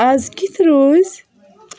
آز کِتھ روز